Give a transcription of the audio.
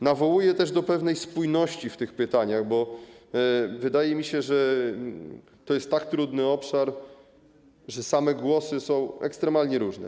Nawołuję też do pewnej spójności w ramach pytań, bo wydaje mi się, że to jest tak trudny obszar, że same głosy są ekstremalnie różne.